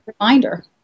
reminder